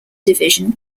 division